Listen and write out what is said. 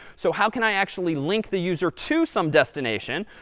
so how can i actually link the user to some destination?